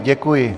Děkuji.